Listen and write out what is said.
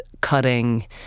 cutting